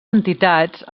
entitats